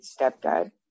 stepdad